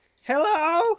Hello